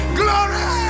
glory